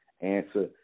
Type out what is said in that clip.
Answer